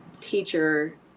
teacher